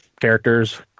characters